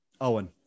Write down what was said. Owen